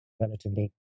relatively